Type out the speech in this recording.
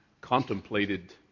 contemplated